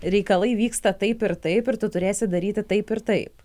reikalai vyksta taip ir taip ir tu turėsi daryti taip ir taip